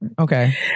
okay